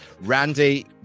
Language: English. Randy